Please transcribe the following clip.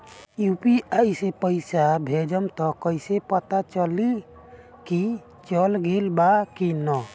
UPI से पइसा भेजम त कइसे पता चलि की चल गेल बा की न?